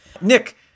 Nick